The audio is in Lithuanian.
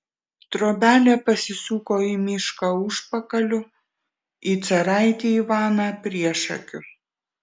trobelė pasisuko į mišką užpakaliu į caraitį ivaną priešakiu